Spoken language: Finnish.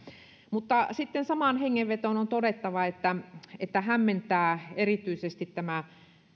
mutta sitten samaan hengenvetoon on todettava että että hämmentää erityisesti tämä